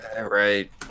Right